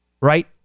Right